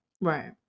right